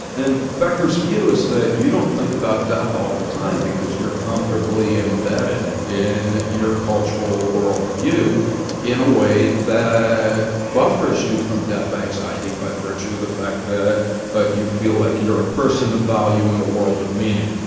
and becker's view is that you don't think about death all the time because you're comfortably embedded in your cultural world view in a way that buffers you from death anxiety by virtue of the fact that ah you feel like you're a person of value in a world of meaning